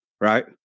right